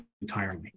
entirely